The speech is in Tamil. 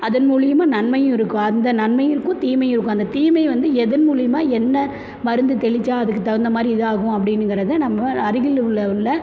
அதன் மூலயமா நன்மையும் இருக்கும் அந்த நன்மையும் இருக்கும் தீமையும் இருக்குது அந்த தீமை வந்து எதன் மூலயமா என்ன மருந்து தெளிச்சால் அதுக்குத் தகுந்த மாதிரி இதாகும் அப்படினுங்கறத நம்ம அருகில் உள்ள உள்ள